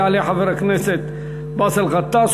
יעלה חבר הכנסת באסל גטאס,